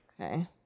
Okay